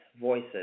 voices